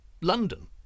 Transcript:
London